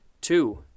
Two